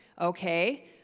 Okay